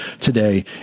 today